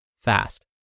fast